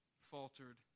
faltered